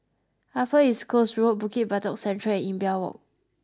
Upper East Coast Road Bukit Batok Central and Imbiah Walk